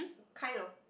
kind of